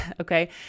Okay